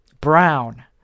brown